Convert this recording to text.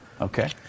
Okay